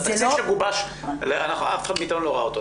התקציב שגובש, אף אחד מאתנו לא ראה אותו.